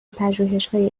پژوهشهای